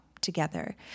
together